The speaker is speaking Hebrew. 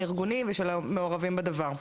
הארגונים והמעורבים בדבר.